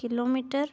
kilometer